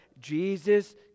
Jesus